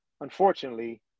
unfortunately